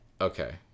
Okay